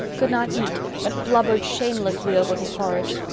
could not eat, but blubbered shamelessly over his porridge.